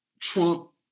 Trump